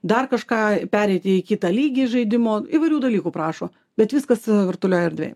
dar kažką pereiti į kitą lygį žaidimo įvairių dalykų prašo bet viskas virtualioj erdvėj